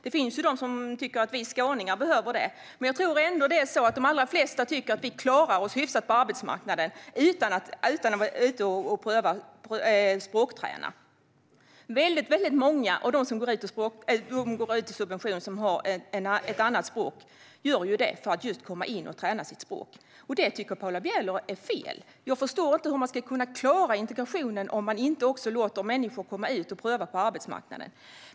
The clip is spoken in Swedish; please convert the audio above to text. Det finns de som tycker att vi skåningar behöver det, men de flesta tycker nog att vi klarar oss hyfsat på arbetsmarknaden utan att vara ute och språkträna. Många av dem som har ett annat språk går in i en subventionerad anställning för att få träna sin svenska. Det tycker Paula Bieler är fel. Jag förstår inte hur vi ska klara integrationen om vi inte låter människor komma ut och pröva på arbetsmarknaden.